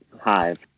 Hive